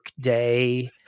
day